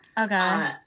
Okay